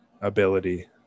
ability